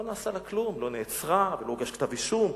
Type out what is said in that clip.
לא נעשה לה כלום לא נעצרה ולא הוגש כתב אישום.